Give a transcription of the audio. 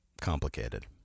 complicated